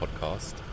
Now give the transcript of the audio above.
podcast